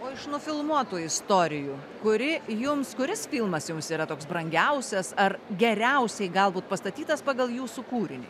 o iš nufilmuotų istorijų kuri jums kuris filmas jums yra toks brangiausias ar geriausiai galbūt pastatytas pagal jūsų kūrinį